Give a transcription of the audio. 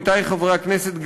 עמיתי חברי הכנסת,